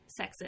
sexist